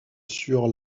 sur